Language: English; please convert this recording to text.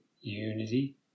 unity